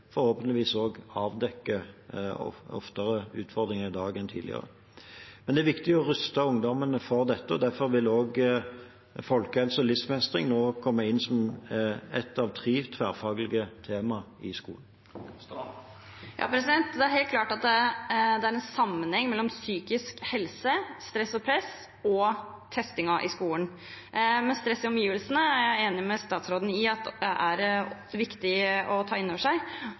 enn tidligere. Men det er viktig å ruste ungdommene for dette, og derfor vil også folkehelse og livsmestring komme inn som ett av tre tverrfaglige tema i skolen. Det er helt klart at det er en sammenheng mellom psykisk helse, stress og press og testingen i skolen, men stress i omgivelsene er jeg enig med statsråden i at er viktig å ta innover seg.